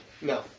No